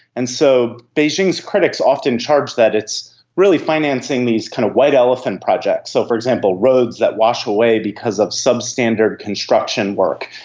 and so beijing's critics often charge that it's really financing these kind of white elephant projects. so, for example, roads that wash away because of substandard construction work,